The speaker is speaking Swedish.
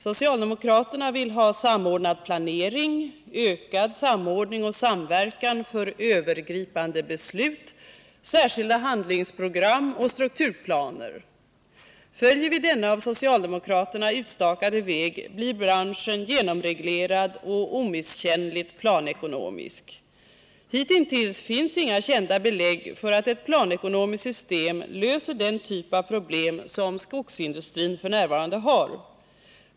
Socialdemokraterna vill ha samordnad planering, ökad samordning och samverkan för övergripande beslut, särskilda handlingsprogram och strukturplaner. Följer vi denna av socialdemokraterna utstakade väg blir branschen genomreglerad och omisskännligt planekonomisk. Hitintills finns inga kända belägg för att ett planekonomiskt system löser den typ av problem som skogsindustrin f. n. har.